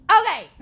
Okay